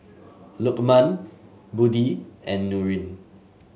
Lukman Budi and Nurin